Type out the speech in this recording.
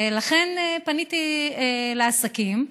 ולכן פניתי לעסקים.